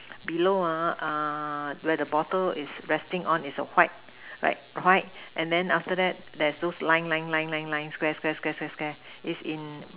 below ah uh where the bottle is resting on is a white like white and then after that there's those line line line line line Square Square Square Square Square is in